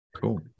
Cool